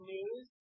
News